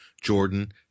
Jordan